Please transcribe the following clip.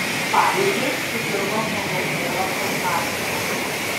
pavyzdžiui susirgo žmogaus tėvas alzhaimeriu